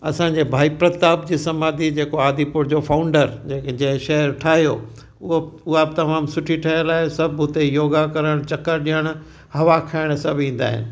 असांजे भाई प्रताप जी समाधी जेका आहे आदिपुर जो फाऊंडर जंहिंखे जंहिं शहेर ठाहियो उहो बि तमामु सुठी ठहियल आहे सभु उते योगा करण चकर ॾियण हवा खाइण सभु ईंदा आहिनि